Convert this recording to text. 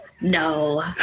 no